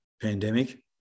pandemic